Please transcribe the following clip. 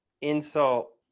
insult